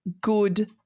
good